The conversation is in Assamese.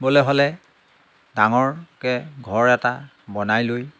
বলৈ হ'লে ডাঙৰকৈ ঘৰ এটা বনাই লৈ